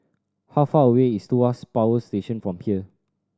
how far away is Tuas Power Station from here